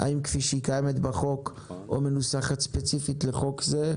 האם כפי שהיא קיימת בחוק או מנוסחת ספציפית לחוק זה.